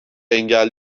engel